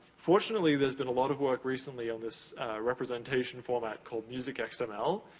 fortunately there's been a lot of work, recently, in this representation format, called music xml,